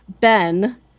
Ben